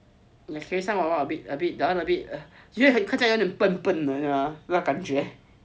carry sign board that [one] a bit a bit that [one] 看起来很笨笨那感觉